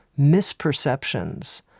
misperceptions